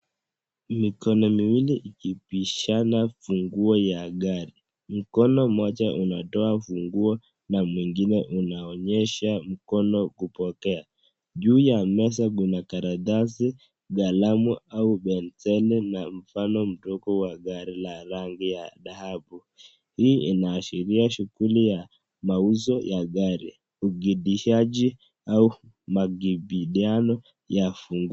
Mikono miwili ikipishana funguo ya gari . Mkono mmoja unatoa funguo na mengine inaonesha mkono kupokea. Juu ya meza kuna makaratasi, kalamu au penseli na mfano mdogo wa gari la rangi ya dhahabu. Hii inaashiria shughuli ya mauzo ya gari.